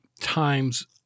times